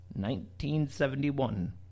1971